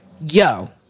yo